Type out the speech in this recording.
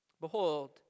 Behold